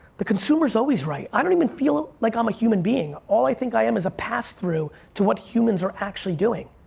the consumer's always right. i don't even feel like i'm a human being. all i think i am is a pass-through to what humans are actually doing.